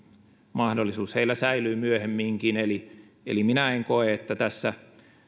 mahdollisuus heillä säilyy myöhemminkin eli eli minä en koe että tässä